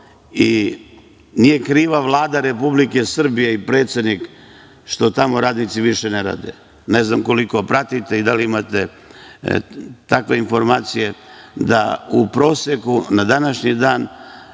Nije kriva Vlada Republike Srbije i predsednik što tamo radnici tamo više ne rade. Ne znam koliko pratite i da li imate takve informacije, da u proseku na današnji dan